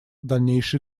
дальнейшие